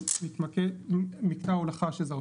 אנחנו נתמקד במקטע ההולכה שזה האוטוסטרדה,